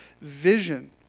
vision